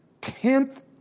tenth